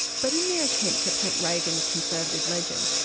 but in their attempt to paint reagan as conservative legend,